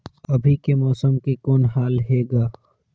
अभी के मौसम के कौन हाल हे ग?